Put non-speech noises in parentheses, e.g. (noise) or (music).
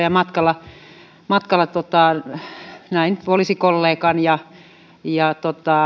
(unintelligible) ja matkalla matkalla näin poliisikollegan ja ja